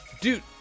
dude